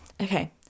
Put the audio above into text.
Okay